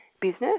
business